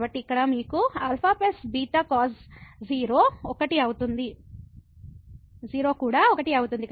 కాబట్టి ఇక్కడ మీకు α β cos 0 కూడా 1 అవుతుంది